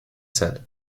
said